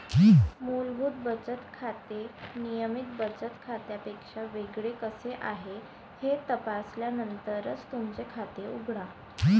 मूलभूत बचत खाते नियमित बचत खात्यापेक्षा वेगळे कसे आहे हे तपासल्यानंतरच तुमचे खाते उघडा